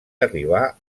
arribà